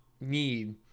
need